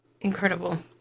incredible